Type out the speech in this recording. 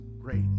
great